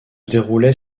déroulait